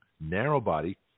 narrow-body